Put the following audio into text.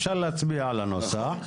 אפשר להצביע על הנוסח,